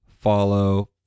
Follow